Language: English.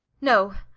no,